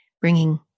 bringing